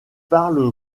parle